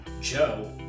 Joe